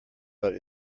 but